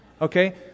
okay